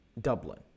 Dublin